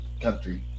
country